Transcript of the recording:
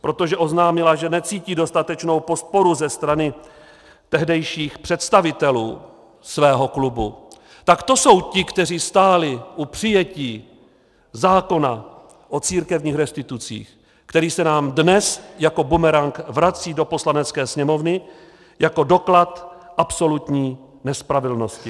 protože oznámila, že necítí dostatečnou podporu ze strany tehdejších představitelů svého klubu, tak to jsou ti, kteří stáli u přijetí zákona o církevních restitucích, který se nám dnes jako bumerang vrací do Poslanecké sněmovny jako doklad absolutní nespravedlnosti.